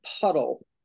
puddle